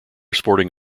sporting